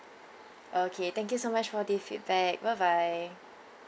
okay thank you so much for the feedback bye bye